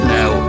now